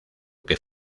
que